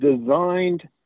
designed